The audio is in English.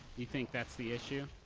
you think that's the issue?